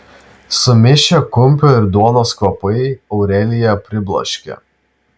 sumišę kumpio ir duonos kvapai aureliją pribloškė